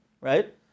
right